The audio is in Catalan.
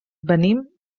venim